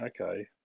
okay